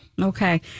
Okay